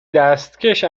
دستکش